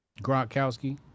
Gronkowski